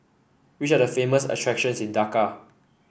which are the famous attractions in Dhaka